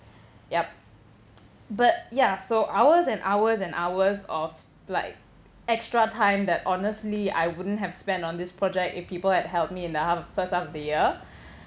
yup but ya so hours and hours and hours of like extra time that honestly I wouldn't have spent on this project if people had help me in the half first half of the year